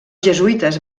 jesuïtes